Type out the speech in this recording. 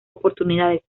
oportunidades